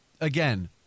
again